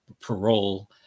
parole